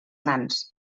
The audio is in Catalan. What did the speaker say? nans